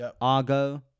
Argo